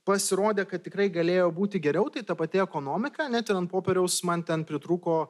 pasirodė kad tikrai galėjo būti geriau tai ta pati ekonomika net ir ant popieriaus man ten pritrūko